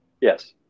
Yes